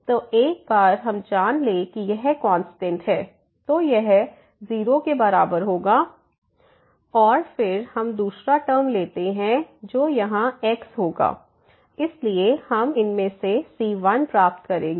तो एक बार हम जान ले कि यह कांस्टेंट है तो यह 0 के बराबर होगा और फिर हम दूसरा टर्म लेते हैं जो यहां x होगा इसलिए हम इसमें से c1प्राप्त करेंगे